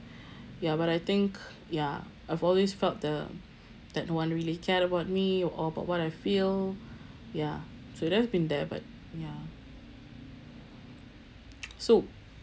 ya but I think ya I've always felt the that no one really cared about me or about what I feel ya should have been there but ya so